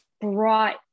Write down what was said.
brought